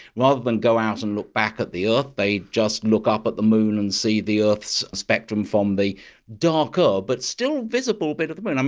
rather than go out and look back at the earth, they just look up at the moon and see the earth's spectrum from the darker but still visible bit of the moon. um